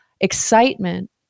excitement